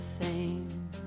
fame